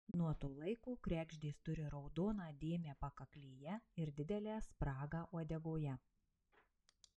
nuo to laiko kregždės turi raudoną dėmę pakaklėje ir didelę spragą uodegoje